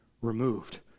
removed